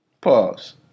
Pause